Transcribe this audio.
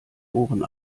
ohren